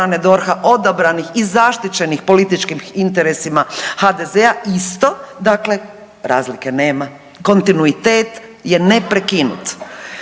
odabranih i zaštićenih političkim interesima HDZ-a isto, dakle razlike nema, kontinuitet je ne prekinut.